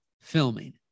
filming